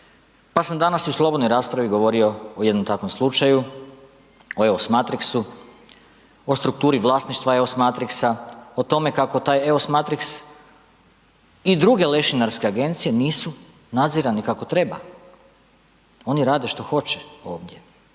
pa sam danas u slobodnoj raspravi govorio o jednom takvom slučaju, o EOS Matrixu, o strukturi vlasništva EOS Matrixa, o tome kako taj EOS Matrix i druge lešinarske agencije nisu nadzirani kako treba. Oni rade što hoće ovdje.